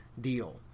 deal